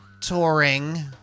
touring